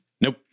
Nope